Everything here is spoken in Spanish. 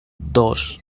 dos